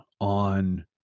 on